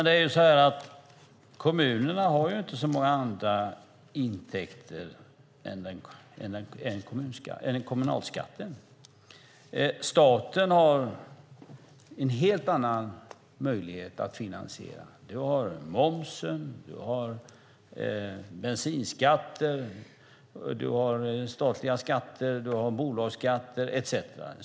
Fru talman! Kommunerna har inte så många andra intäkter än kommunalskatten. Staten har en helt annan möjlighet att finansiera. Den har momsen, bensinskatter, statliga skatter, bolagsskatter etcetera.